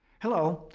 hello.